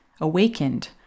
awakened